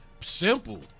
Simple